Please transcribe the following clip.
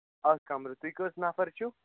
اَکھ کَمرٕ تُہۍ کٔژ نَفر چھُو